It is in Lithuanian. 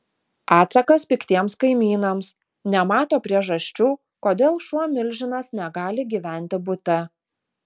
atsakas piktiems kaimynams nemato priežasčių kodėl šuo milžinas negali gyventi bute